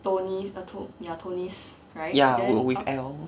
ya with L